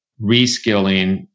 reskilling